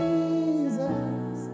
Jesus